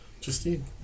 Justine